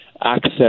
access